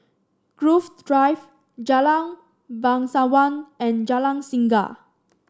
Grove Drive Jalan Bangsawan and Jalan Singa